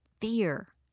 fear